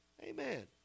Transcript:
Amen